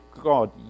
God